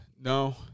no